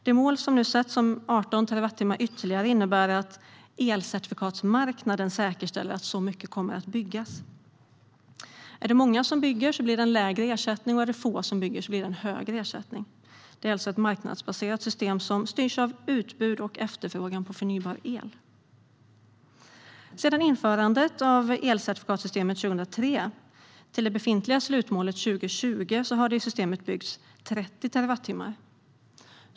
Det mål som nu sätts om 18 terawattimmar ytterligare innebär att elcertifikatmarknaden säkerställer att så mycket kommer att byggas. Är det många som bygger blir det lägre ersättning, och är det få som bygger blir det en högre ersättning. Det är alltså ett marknadsbaserat system som styrs av utbud och efterfrågan på förnybar el. Sedan införandet av elcertifikatssystemet 2003 till det befintliga slutmålet 2020 har det i systemet byggts 30 terawattimmar.